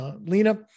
Lena